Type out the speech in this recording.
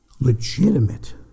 legitimate